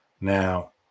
now